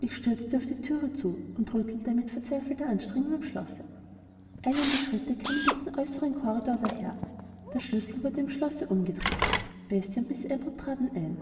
ich stürzte auf die thür zu und rüttelte mit verzweifelter anstrengung am schlosse eilende schritte kamen durch den äußeren korridor daher der schlüssel wurde im schlosse umgedreht bessie und miß abbot traten ein